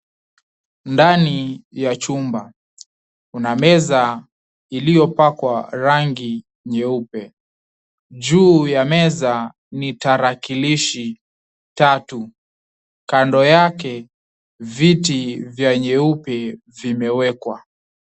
Ndani ya chumba kuna meza iliyopakwa rangi nyeupe. Juu ya meza ni tarakilishi tatu. Kando yake viti vya nyeupe vimeekwa.